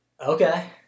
Okay